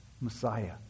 Messiah